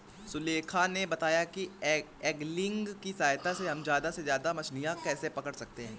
सुलेखा ने बताया कि ऐंगलिंग की सहायता से हम ज्यादा से ज्यादा मछलियाँ कैसे पकड़ सकते हैं